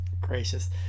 Gracious